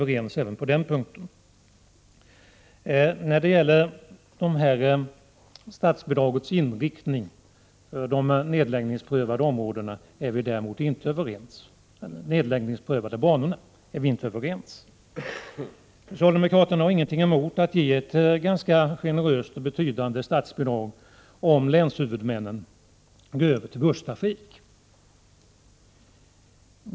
Vi är alltså överens också på den punkten. När det gäller statsbidragets inriktning beträffande de nedläggningsprövade banorna är vi däremot inte överens. Socialdemokraterna har ingenting emot att ge ett ganska betydande statsbidrag, om länshuvudmännen går över till busstrafik.